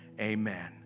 amen